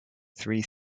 three